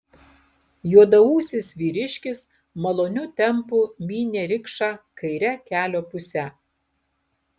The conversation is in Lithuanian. juodaūsis vyriškis maloniu tempu mynė rikšą kaire kelio puse